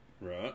Right